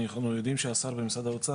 אנחנו יודעים שהשר במשרד האוצר,